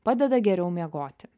padeda geriau miegoti